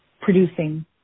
producing